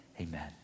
amen